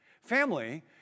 Family